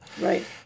Right